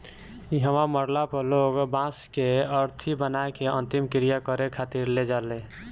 इहवा मरला पर लोग बांस के अरथी बना के अंतिम क्रिया करें खातिर ले जाले